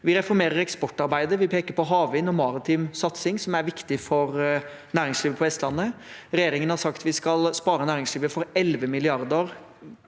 Vi reformerer eksportarbeidet, og vi peker på havvind og maritim satsing, som er viktig for næringslivet på Vestlandet. Regjeringen har sagt at vi skal spare næringslivet for 11 mrd. kr